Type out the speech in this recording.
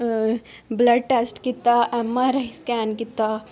blood test कीता M R I scan कीता